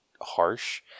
harsh